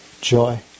joy